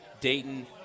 Dayton